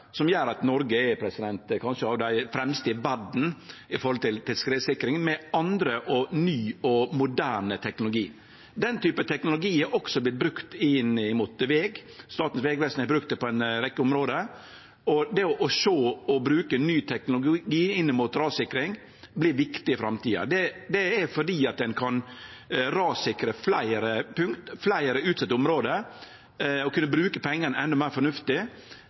som gjer at Noreg er av dei kanskje fremste i verda når det gjeld skredsikring med annan, ny og moderne teknologi. Den typen teknologi har også vorten brukt inn mot veg – Statens vegvesen har brukt det på ei rekkje område. Det å sjå på og bruke ny teknologi inn mot rassikring vert viktig i framtida. Det er fordi ein kan rassikre fleire punkt, fleire utsette område, og bruke pengane endå meir fornuftig